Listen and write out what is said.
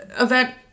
event